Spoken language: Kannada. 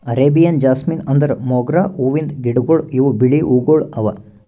ಅರೇಬಿಯನ್ ಜಾಸ್ಮಿನ್ ಅಂದುರ್ ಮೊಗ್ರಾ ಹೂವಿಂದ್ ಗಿಡಗೊಳ್ ಇವು ಬಿಳಿ ಹೂವುಗೊಳ್ ಅವಾ